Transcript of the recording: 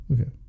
Okay